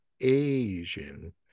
Asian